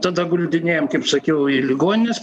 tada guldinėjam kaip sakiau į ligonines